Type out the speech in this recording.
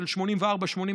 של 1984 1988,